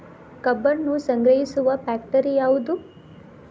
ಕಬ್ಬನ್ನು ಸಂಗ್ರಹಿಸುವ ಫ್ಯಾಕ್ಟರಿ ಯಾವದು?